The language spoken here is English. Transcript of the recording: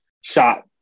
shot